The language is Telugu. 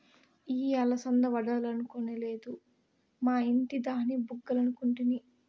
ఇయ్యి అలసంద వడలనుకొలేదు, మా ఇంటి దాని బుగ్గలనుకుంటిని